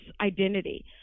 identity